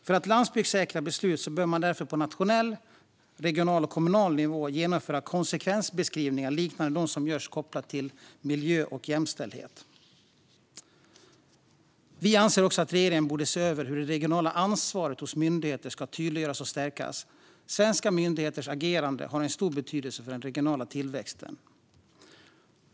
För att landsbygdssäkra beslut bör man därför på nationell, regional och kommunal nivå genomföra konsekvensbeskrivningar liknande de som görs kopplade till miljö och jämställdhet. Vi anser också att regeringen borde se över hur det regionala ansvaret hos myndigheter ska tydliggöras och stärkas. Svenska myndigheters agerande har en stor betydelse för den regionala tillväxten.